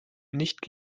nicht